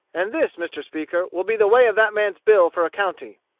and this, mr. speaker, will be the way of that man's bill for a county.